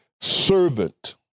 servant